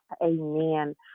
amen